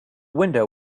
window